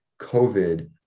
COVID